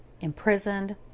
imprisoned